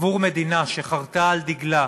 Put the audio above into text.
עבור מדינה שחרתה על דגלה,